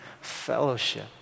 fellowship